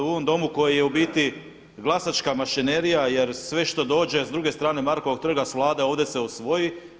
U ovom Domu koji je u biti glasačka mašinerija jer sve što dođe s druge strane Markovog trga, s Vlade ovdje se usvoji.